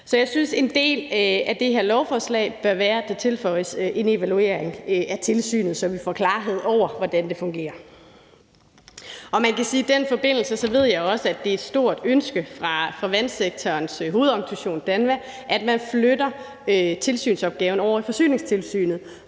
Så jeg synes, at en del af det her lovforslag bør være, at det tilføjes en evaluering af tilsynet, så vi får klarhed over, hvordan det fungerer. Jeg kan i den forbindelse sige, at jeg også ved, det er et stort ønske hos vandsektorens hovedorganisation, DANVA, at man flytter tilsynsopgaven over i Forsyningstilsynet,